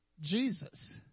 Jesus